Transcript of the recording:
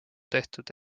tehtud